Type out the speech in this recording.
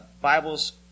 Bibles